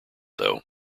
though